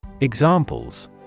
Examples